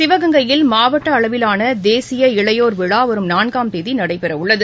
சிவகங்கையில் மாவட்ட அளவிலான தேசிய இளையோா் விழா வரும் நான்காம் தேதி நடைபெறவுள்ளது